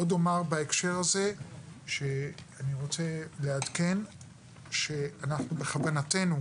אני רוצה לעדכן שבכוונתנו,